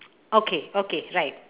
okay okay right